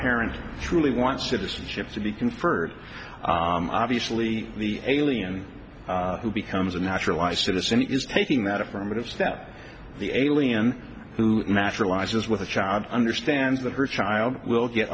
parents truly want citizenship to be conferred obviously the alien who becomes a naturalized citizen is taking that affirmative step the alien who naturalized us with a child understands that her child will get